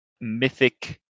mythic